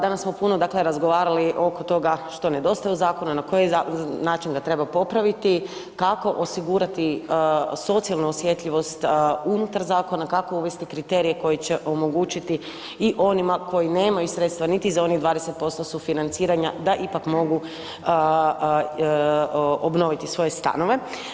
Danas smo puno razgovarali oko toga što nedostaje u zakonu, na koji način ga treba popraviti, kako osigurati socijalnu osjetljivost unutar zakona, kako uvesti kriterije koji će omogućiti i onima koji nemaju sredstva niti za onih 20% sufinanciranja da ipak mogu obnoviti svoje stanove.